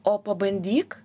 o pabandyk